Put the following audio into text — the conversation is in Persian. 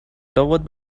لابد